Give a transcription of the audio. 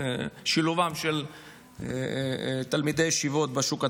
ושילובם של תלמידי ישיבות בשוק התעסוקה.